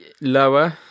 Lower